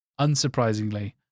unsurprisingly